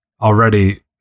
already